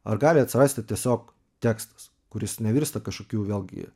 ar gali atsirasti tiesiog tekstas kuris nevirsta kažkokių vėlgi